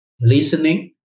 Listening